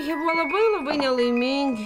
jie buvo labai labai nelaimingi